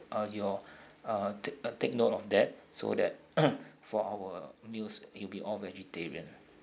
uh your uh take uh take note of that so that for our meals it'll be all vegetarian